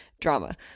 drama